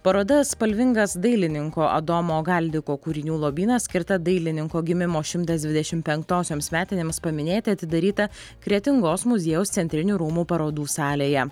paroda spalvingas dailininko adomo galdiko kūrinių lobynas skirta dailininko gimimo šimtas dvidešim penktosioms metinėms paminėti atidaryta kretingos muziejaus centrinių rūmų parodų salėje